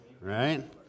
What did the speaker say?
right